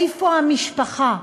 איפה המשפחה?